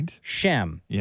Shem